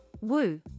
Woo